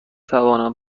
توانم